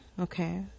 Okay